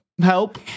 help